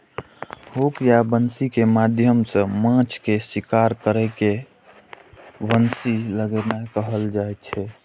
hook या बंसी के माध्यम सं माछ के शिकार करै के बंसी लगेनाय कहल जाइ छै